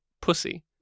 pussy